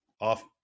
off-